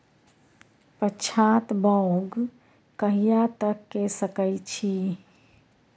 पछात बौग कहिया तक के सकै छी?